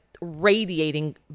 radiating